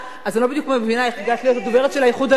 אז אני לא בדיוק מבינה איך הגעת להיות דוברת של האיחוד הלאומי.